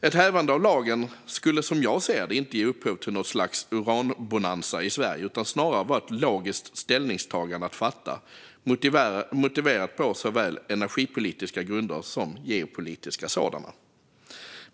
Ett hävande av lagarna skulle, som jag ser det, inte ge upphov till något slags uranbonanza i Sverige utan snarare vara ett logiskt ställningstagande, motiverat på såväl energipolitiska som geopolitiska grunder.